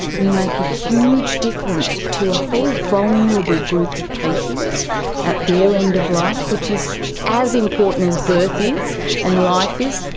we make a huge difference to a whole vulnerable group of patients at their end of life, which is as important as birth is and life is.